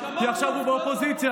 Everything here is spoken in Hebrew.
כי עכשיו הוא באופוזיציה.